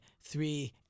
three